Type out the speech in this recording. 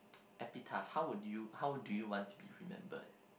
epitaph how would you how would you want to be remembered